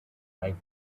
life